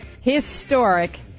historic